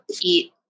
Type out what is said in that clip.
eat